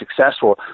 successful